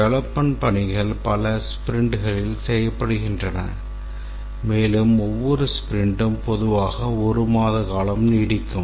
development பணிகள் பல ஸ்பிரிண்ட்களில் செய்யப்படுகின்றன மேலும் ஒவ்வொரு ஸ்பிரிண்ட்டும் பொதுவாக ஒரு மாத காலம் நீடிக்கும்